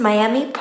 Miami